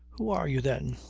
who are you, then?